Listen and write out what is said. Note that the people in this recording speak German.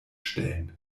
stellen